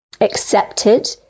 accepted